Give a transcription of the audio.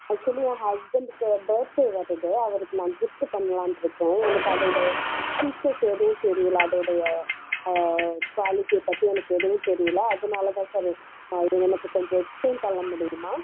actually என் ஹஸ்பண்டுக்கு birthday வருது அவருக்கு நான் கிஃப்ட்டு பண்ணலான்னு இருக்கேன் எனக்கு அதோடய ஃபீச்சர்ஸ் எதுவும் தெரியல அதோடைய குவாலிட்டி பற்றி எனக்கு எதுவும் தெரியல அதனால் தான் சார் அது நீங்கள் எனக்கு கொஞ்சம் எக்ஸ்ப்ளைன் பண்ண முடியுமா